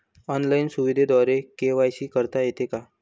Online सुविधेद्वारे KYC करता येते का?